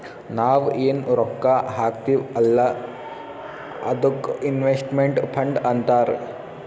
ನಾವ್ ಎನ್ ರೊಕ್ಕಾ ಹಾಕ್ತೀವ್ ಅಲ್ಲಾ ಅದ್ದುಕ್ ಇನ್ವೆಸ್ಟ್ಮೆಂಟ್ ಫಂಡ್ ಅಂತಾರ್